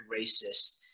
racist